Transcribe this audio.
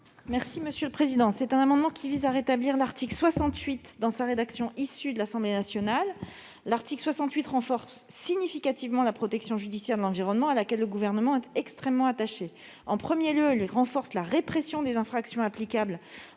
est à Mme la ministre. Cet amendement vise à rétablir l'article 68 dans sa rédaction issue des travaux de l'Assemblée nationale. L'article 68 renforce significativement la protection judiciaire de l'environnement, à laquelle le Gouvernement est extrêmement attaché. Tout d'abord, il renforce la répression des infractions applicables